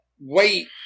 wait